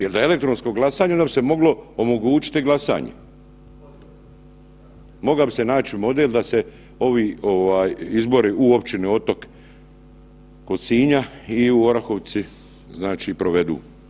Jer da je elektronsko glasanje onda bi se moglo omogućiti glasanje, moga bi se naći model da se ovi ovaj izbori u općini Otok kod Sinja i u Orahovici znači provedu.